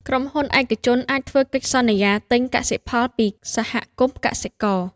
ក្រុមហ៊ុនឯកជនអាចធ្វើកិច្ចសន្យាទិញកសិផលពីសហគមន៍កសិករ។